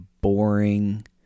boring